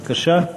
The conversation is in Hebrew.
בבקשה.